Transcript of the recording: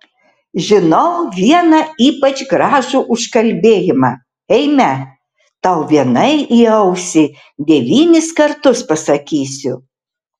žinau vieną ypač gražų užkalbėjimą eime tau vienai į ausį devynis kartus pasakysiu